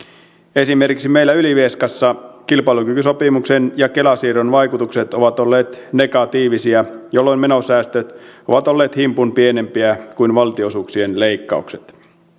esimerkiksi meillä ylivieskassa kilpailukykysopimuksen ja kela siirron vaikutukset ovat olleet negatiivisia jolloin menosäästöt ovat olleet himpun pienempiä kuin valtionosuuksien leikkaukset